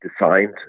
designed